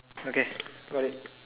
okay got it